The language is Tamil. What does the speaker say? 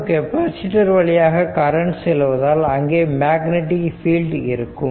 மற்றும் கெப்பாசிட்டர் வழியாக கரண்ட் செல்வதால் அங்கே மேக்னடிக் பீல்ட் இருக்கும்